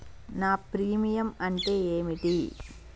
నా ప్రీమియం అంటే ఏమిటి?